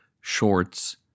shorts